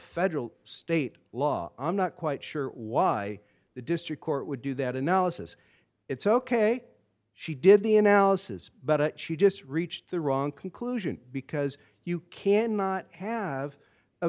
federal state law i'm not quite sure why the district court would do that analysis it's ok she did the analysis but she just reached the wrong conclusion because you cannot have a